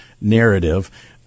narrative